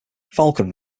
falcon